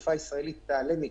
שהתעופה הישראלית תיעלם מכאן.